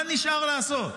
מה נשאר לעשות?